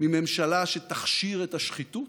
מממשלה שתכשיר את השחיתות,